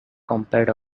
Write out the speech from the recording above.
compared